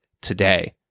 today